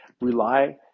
rely